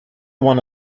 one